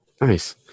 nice